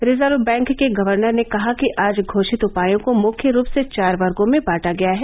reserve bank के governor ने कहा कि आज घोषित उपायों को मुख्य रूप से चार वर्गों में बांटा गया है